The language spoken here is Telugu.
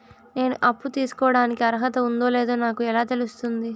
నేను అప్పు తీసుకోడానికి అర్హత ఉందో లేదో నాకు ఎలా తెలుస్తుంది?